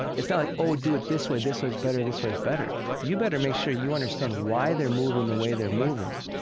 it's not, like, oh, do it this way. this way is better. this way is better. you better make sure you understand why they're moving the way they're moving,